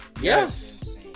Yes